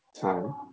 time